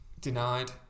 denied